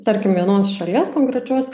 tarkim vienos šalies konkrečios